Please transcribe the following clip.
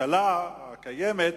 הממשלה הקיימת,